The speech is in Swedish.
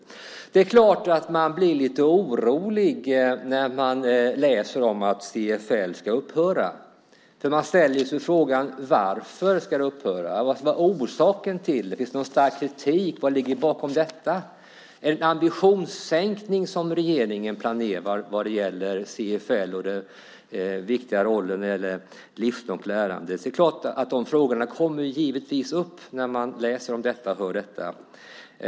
Det är klart att man blir lite orolig när man läser om att CFL ska upphöra. Man ställer sig frågan: Varför ska det upphöra? Vad är orsaken till det? Finns det någon stark kritik? Vad ligger bakom detta? Är det en ambitionssänkning som regeringen planerar vad gäller CFL och dess viktiga roll när det gäller livslångt lärande? De frågorna kommer givetvis upp när man hör och läser om detta.